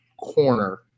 Corner